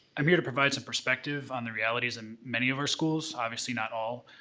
i'm here to provide some perspective on the realities in many of our schools, obviously not all.